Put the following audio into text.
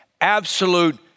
absolute